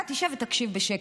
אתה תשב ותקשיב בשקט.